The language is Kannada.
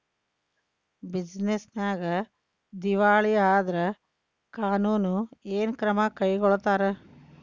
ಬಿಜಿನೆಸ್ ನ್ಯಾಗ ದಿವಾಳಿ ಆದ್ರ ಕಾನೂನು ಏನ ಕ್ರಮಾ ಕೈಗೊಳ್ತಾರ?